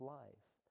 life